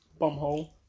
Bumhole